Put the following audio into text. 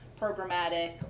programmatic